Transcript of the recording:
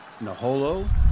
Naholo